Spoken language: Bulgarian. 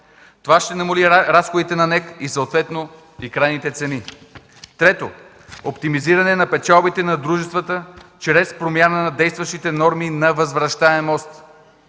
Това ще намали разходите на НЕК, а съответно и крайните цени; 3. Оптимизиране на печалбите на дружествата чрез промяна на действащите норми на възвръщаемост,